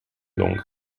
longer